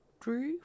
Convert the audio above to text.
three